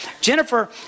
Jennifer